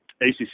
ACC